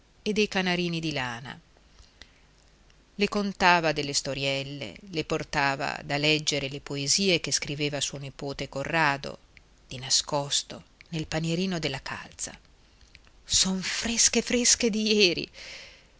e dei canarini di lana le contava delle storielle le portava da leggere le poesie che scriveva suo nipote corrado di nascosto nel panierino della calza son fresche fresche di ieri